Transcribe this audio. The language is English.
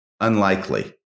unlikely